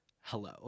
hello